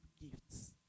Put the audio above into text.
gifts